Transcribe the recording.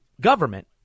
government